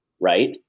Right